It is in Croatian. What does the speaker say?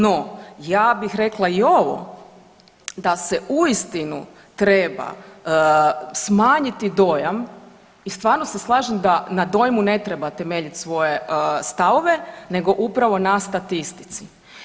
No, ja bih rekla i ovo da se uistinu treba smanjiti dojam i stvarno se slažem da na dojmu ne treba temeljiti svoje stavove, nego upravo na statistici.